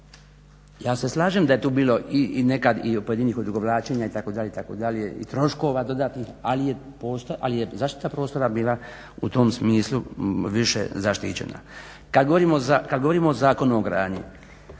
Ja se slažem da je tu bilo nekad i pojedinih odugovlačenja itd. itd. i troškova dodatnih, ali je zaštita prostora bila u tom smislu više zaštićena. Kad govorimo o Zakonu o gradnji